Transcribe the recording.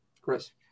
Chris